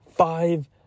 five